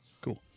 Cool